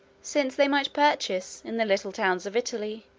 since they might purchase, in the little towns of italy,